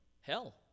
Hell